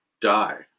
die